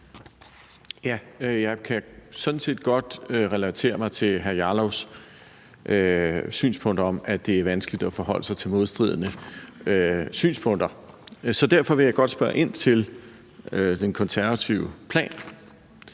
set godt relatere mig til hr. Rasmus Jarlovs synspunkt om, at det er vanskeligt at forholde sig til modstridende synspunkter, så derfor vil jeg godt spørge ind til den konservative plan.